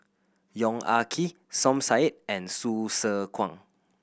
Yong Ah Kee Som Said and Hsu Tse Kwang